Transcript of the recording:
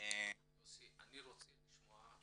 אני רוצה לשמוע,